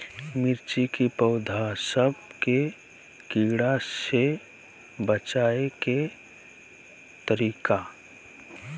मिर्ची के पौधा सब के कीड़ा से बचाय के तरीका?